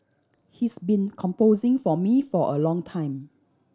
he's been composing for me for a long time